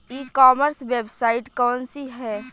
ई commerce website कौन सी है?